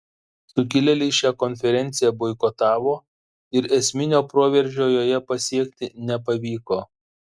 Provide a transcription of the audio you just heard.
sukilėliai šią konferenciją boikotavo ir esminio proveržio joje pasiekti nepavyko